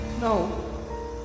No